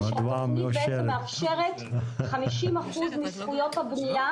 שהתכנית מאפשרת 50% מזכויות הבנייה